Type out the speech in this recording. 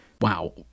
Wow